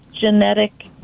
genetic